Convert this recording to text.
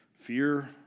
fear